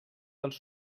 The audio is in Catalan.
dels